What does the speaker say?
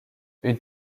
une